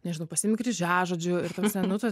nežinau pasiimi kryžiažodžių ir ta prasme nu tada